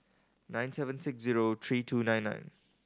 nine seven six zero three two nine nine